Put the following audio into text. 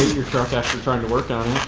your truck after trying to work on